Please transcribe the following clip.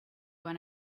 when